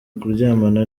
kuryamana